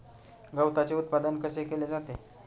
गवताचे उत्पादन कसे केले जाते?